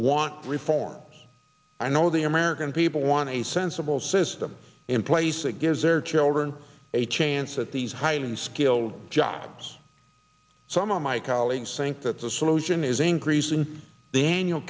want reform i know the american people want a sensible system in place that gives their children a chance at these highly skilled jobs some of my colleagues think that the solution is increasing the